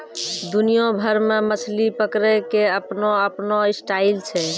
दुनिया भर मॅ मछली पकड़ै के आपनो आपनो स्टाइल छै